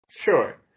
Sure